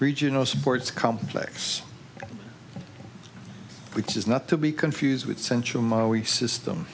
regional sports complex which is not to be confused with central maui system